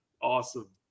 Awesome